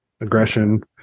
Aggression